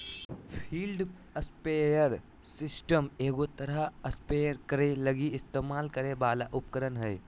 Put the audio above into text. field sprayer system एगो तरह spray करे लगी इस्तेमाल करे वाला उपकरण हइ